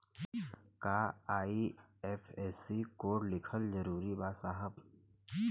का IFSC code लिखल जरूरी बा साहब?